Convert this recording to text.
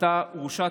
אתה הורשעת,